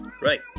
Right